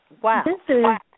Wow